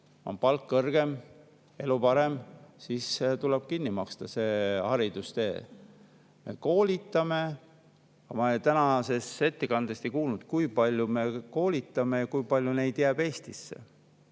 on palk kõrgem, elu parem, siis tuleb see haridustee tal kinni maksta. Ma tänasest ettekandest ei kuulnud, kui palju me koolitame ja kui palju neid jääb Eestisse.